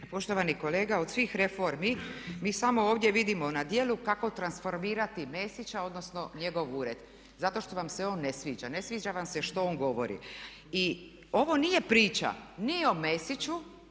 Poštovani kolega od svih reformi mi samo ovdje vidimo na djelu kako transformirati Mesića odnosno njegov ured zato što vam se on ne sviđa. Ne sviđa vam se što on govori. I ovo nije priča ni o Mesiću